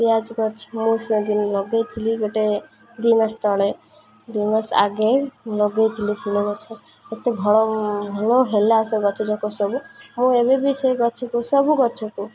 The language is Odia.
ପିଆଜ ଗଛ ମୁଁ ସେଦିନ ଲଗାଇଥିଲି ଗୋଟେ ଦୁଇ ମାସ ତଳେ ଦୁଇମାସ ଆଗେ ଲଗାଇ ଥିଲି ଫୁଲ ଗଛ ଏତେ ଭଲ ଭଲ ହେଲା ସେ ଗଛ ଯାକ ସବୁ ମୁଁ ଏବେବି ସେ ଗଛକୁ ସବୁ ଗଛକୁ